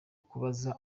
kubaza